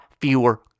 fewer